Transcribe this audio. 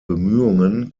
bemühungen